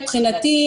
מבחינתי,